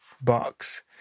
box